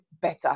better